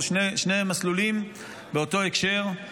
שני מסלולים באותו הקשר,